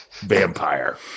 vampire